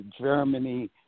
Germany